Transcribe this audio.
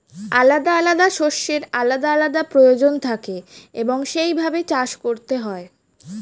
আলাদা আলাদা শস্যের আলাদা আলাদা প্রয়োজন থাকে এবং সেই ভাবে চাষ করতে হয়